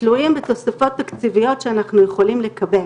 תלויים בתוספות תקציביות שאנחנו יכולים לקבל.